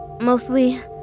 Mostly